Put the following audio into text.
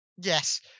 Yes